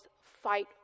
fight